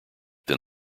than